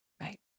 Right